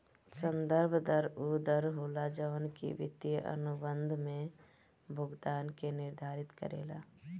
संदर्भ दर उ दर होला जवन की वित्तीय अनुबंध में भुगतान के निर्धारित करेला